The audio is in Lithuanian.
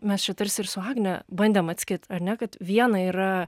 mes čia tarsi ir su agne bandėm atskirt ar ne kad viena yra